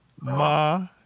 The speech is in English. Ma